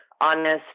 honest